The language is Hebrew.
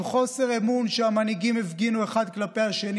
עם חוסר אמון שהמנהיגים הפגינו אחד כלפי השני,